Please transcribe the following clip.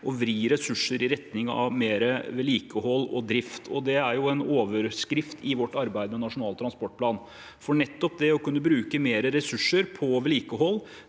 å vri ressurser i retning av mer vedlikehold og drift. Det er en overskrift i vårt arbeid med Nasjonal trans portplan å kunne bruke mer ressurser på vedlikehold